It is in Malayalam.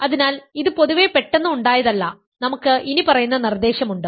അതിനാൽ ഇത് പൊതുവേ പെട്ടെന്ന് ഉണ്ടായതല്ല നമുക്ക് ഇനിപ്പറയുന്ന നിർദ്ദേശമുണ്ട്